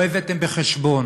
לא הבאתם בחשבון